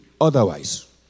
otherwise